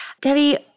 Debbie